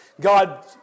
God